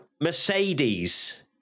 Mercedes